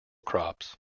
crops